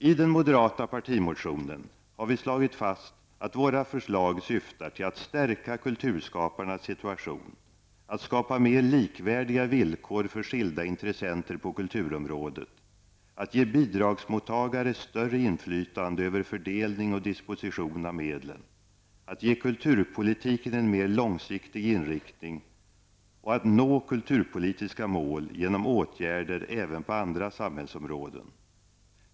I den moderata partimotionen har vi slagit fast att våra förslag syftar till att stärka kulturskaparnas situation, att skapa mer likvärdiga villkor för skilda intressenter på kulturområdet, att ge bidragsmottagare större inflytande över fördelning och disposition av medlen, att ge kulturpolitiken en mer långsiktig inriktning och att nå kulturpolitiska mål genom åtgärder även på andra samhällsområden.